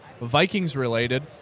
Vikings-related